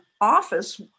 office